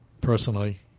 personally